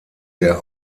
der